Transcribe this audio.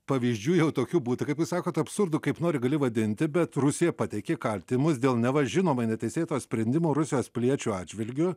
pavyzdžių jau tokių būta kaip jūs sakot absurdu kaip nori gali vadinti bet rusija pateikė kaltinimus dėl neva žinomai neteisėto sprendimo rusijos piliečių atžvilgiu